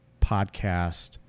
podcast